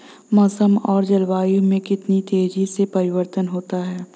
मौसम और जलवायु में कितनी तेजी से परिवर्तन होता है?